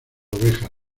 ovejas